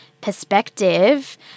perspective